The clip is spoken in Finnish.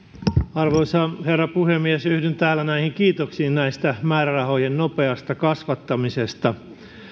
arvoisa herra puhemies yhdyn täällä näihin kiitoksiin määrärahojen nopeasta kasvattamisesta